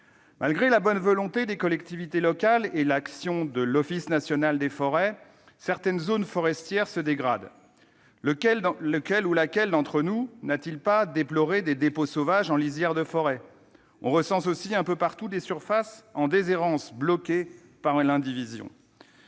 Malgré la bonne volonté des collectivités locales et l'action de l'Office national des forêts, certaines zones forestières se dégradent pourtant. Lequel d'entre nous n'a-t-il pas déploré des dépôts sauvages en lisière de forêt ? On recense aussi, un peu partout, des surfaces en déshérence bloquées par l'indivision.